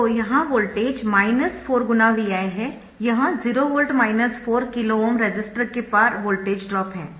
तो यहाँ voltage 4 × Vi है यह 0 वोल्ट 4 KΩ रेसिस्टर के पार वोल्टेज ड्रॉप है